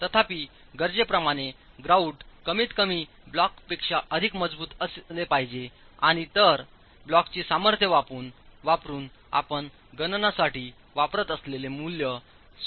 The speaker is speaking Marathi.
तथापि गरजेप्रमाणे ग्रॉउटकमीतकमी ब्लॉकपेक्षा अधिक मजबूत असले पाहिजे आणि तर ब्लॉकची सामर्थ्य वापरुन आपण गणनासाठी वापरत असलेले मूल्य स्वीकारण्यायोग्य आहे